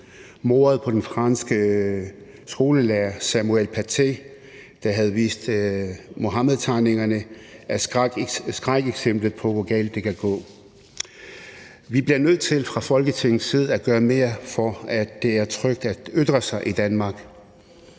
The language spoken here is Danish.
Mordet på den franske skolelærer Samuel Paty, der havde vist Muhammedtegningerne, er skrækeksemplet på, hvor galt det kan gå. Vi bliver nødt til fra Folketingets side at gøre mere for, at det er trygt at ytre sig i Danmark.